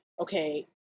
okay